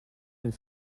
been